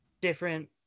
different